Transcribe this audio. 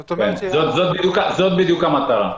זאת בדיוק המטרה.